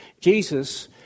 Jesus